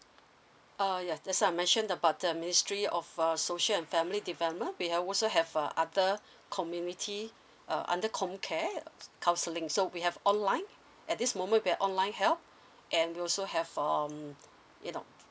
uh yes just now I mention about the ministry of uh social and family development we also have uh other community uh under com care counseling so we have online at this moment we're online help and we also have um you know